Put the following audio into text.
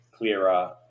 clearer